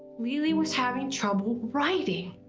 leelee was having trouble writing,